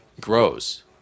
grows